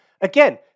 Again